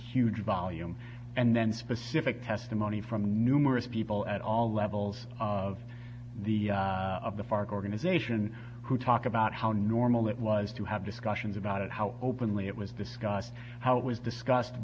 huge volume and then specific testimony from numerous people at all levels of the of the fark organization who talk about how normal it was to have discussions about it how openly it was discussed how it was discussed